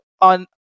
on